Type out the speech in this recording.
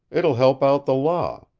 it will help out the law.